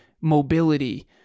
mobility